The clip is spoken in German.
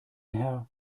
herr